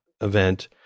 event